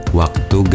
waktu